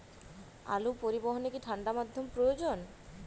আলু পরিবহনে কি ঠাণ্ডা মাধ্যম প্রয়োজন?